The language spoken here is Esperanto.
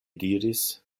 diris